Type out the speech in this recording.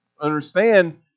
understand